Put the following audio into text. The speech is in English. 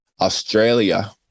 australia